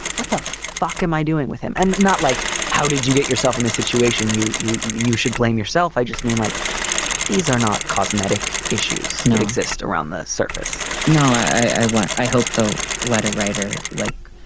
what the fuck am i doing with him? and not like how did you get yourself in this situation? you. you you should blame yourself. i just mean like these are not cosmetic issues not exist around the surface no, i won't. i hope the letter writer like.